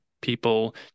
people